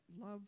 love